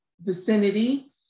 vicinity